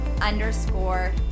underscore